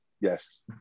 Yes